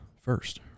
first